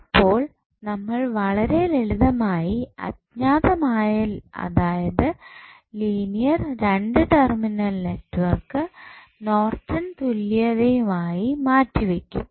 അപ്പോൾ നമ്മൾ വളരെ ലളിതമായി അജ്ഞാതമായ അതായത് ലീനിയർ 2 ടെർമിനൽ നെറ്റ്വർക്ക് നോർട്ടൺ തുല്യതയുമായി മാറ്റിവയ്ക്കും